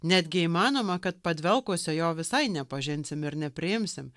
netgi įmanoma kad padvelkusio jo visai nepažinsim ir nepriimsim